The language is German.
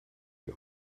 die